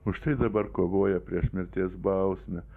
už tai dabar kovoja prieš mirties bausmę